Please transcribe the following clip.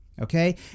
Okay